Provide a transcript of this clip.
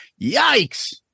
yikes